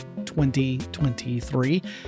2023